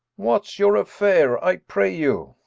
what's your affair, i pray you?